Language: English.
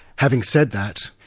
having said that,